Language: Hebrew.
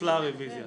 נפלה הרוויזיה.